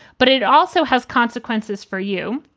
but it also has consequences for you.